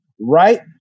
right